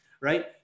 Right